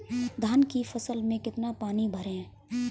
धान की फसल में कितना पानी भरें?